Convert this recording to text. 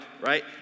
right